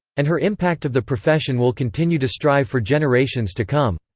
and her impact of the profession will continue to strive for generations to come.